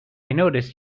notice